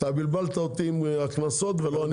אתה בלבלת אותי עם הקנסות ולא ענית לי על השאלה.